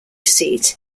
seat